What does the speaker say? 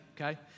okay